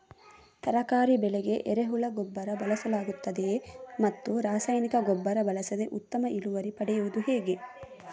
ತರಕಾರಿ ಬೆಳೆಗೆ ಎರೆಹುಳ ಗೊಬ್ಬರ ಬಳಸಲಾಗುತ್ತದೆಯೇ ಮತ್ತು ರಾಸಾಯನಿಕ ಗೊಬ್ಬರ ಬಳಸದೆ ಉತ್ತಮ ಇಳುವರಿ ಪಡೆಯುವುದು ಹೇಗೆ?